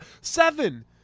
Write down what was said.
seven